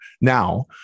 now